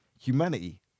humanity